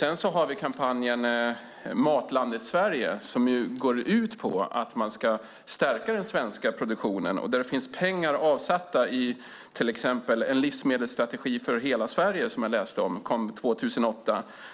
Men sedan har vi kampanjen Matlandet Sverige som går ut på att man ska stärka den svenska produktionen. Pengar finns avsatta till exempel i En livsmedelsstrategi för hela Sverige, som jag läst och som kom 2008.